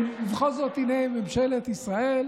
הינה, ממשלת ישראל,